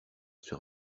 sur